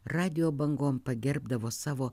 radijo bangom pagerbdavo savo